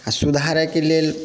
आओर सुधारैके लेल